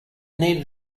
needed